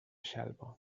xelva